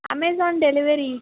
amazon delivery